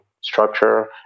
structure